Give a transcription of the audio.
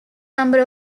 number